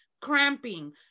cramping